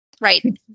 Right